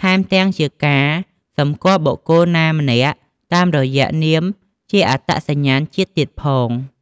ថែមទាំងជាការសម្គាល់បុគ្គលណាម្នាក់តាមរយៈនាមជាអត្តសញ្ញាតិជាតិទៀតផង។